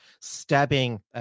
stabbing